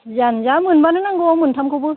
जियानोजा मोनबानो नांगौ मोनथामखौबो